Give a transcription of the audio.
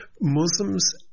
Muslims